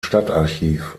stadtarchiv